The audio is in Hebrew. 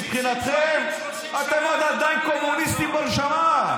מבחינתכם, אתם עוד עדיין קומוניסטים בנשמה.